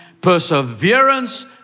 perseverance